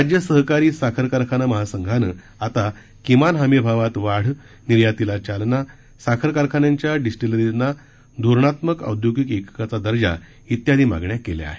राज्य सहकारी साखर कारखाना महासंघानं आता किमान हमीभावात वाढनिर्यातीला चालना साखर कारखान्यांच्या डिस्टीलरीजना धोरणात्मक औद्योगिक एककाचा दर्जा इत्यादी मागण्या केल्या आहेत